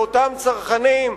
מאותם צרכנים,